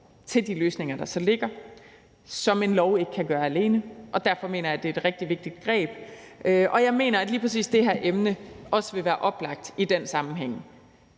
til de løsninger, der så ligger, som en lov ikke kan gøre alene, og derfor mener jeg, det er et rigtig vigtigt greb. Og jeg mener, at lige præcis det her emne også vil være oplagt i den sammenhæng.